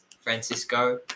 Francisco